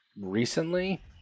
recently